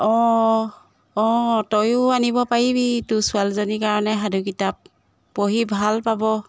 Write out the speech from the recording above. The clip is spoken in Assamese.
অঁ অঁ তইয়ো আনিব পাৰিবি তোৰ ছোৱালীজনীৰ কাৰণে সাধু কিতাপ পঢ়ি ভাল পাব